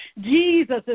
Jesus